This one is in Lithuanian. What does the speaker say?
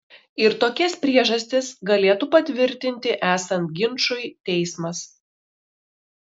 ir tokias priežastis galėtų patvirtinti esant ginčui teismas